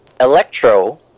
Electro